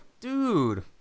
dude